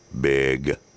big